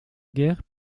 guerre